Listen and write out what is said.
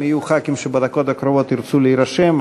אם יהיו חברי כנסת שבדקות הקרובות ירצו להירשם,